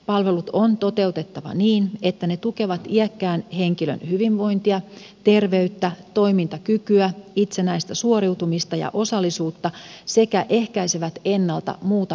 palvelut on toteutettava niin että ne tukevat iäkkään henkilön hyvinvointia terveyttä toimintakykyä itsenäistä suoriutumista ja osallisuutta sekä ehkäisevät ennalta muuta palveluntarvetta